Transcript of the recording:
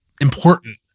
important